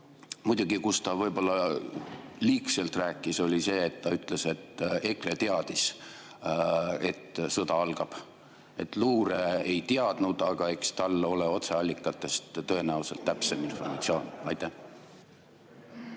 muidugi, kus ta võib-olla liigselt rääkis, oli see, kui ta ütles, et EKRE teadis, et sõda algab. Luure ei teadnud, aga eks tal ole otseallikatest tõenäoliselt täpsem informatsioon. (Naer